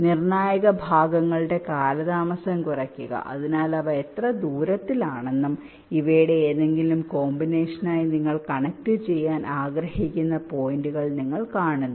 നിർണായക ഭാഗങ്ങളുടെ കാലതാമസം കുറയ്ക്കുക അതിനാൽ അവ എത്ര ദൂരത്തിലാണെന്നും ഇവയുടെ ഏതെങ്കിലും കോമ്പിനേഷനായി നിങ്ങൾ കണക്റ്റുചെയ്യാൻ ആഗ്രഹിക്കുന്ന പോയിന്റുകൾ നിങ്ങൾ കാണുന്നു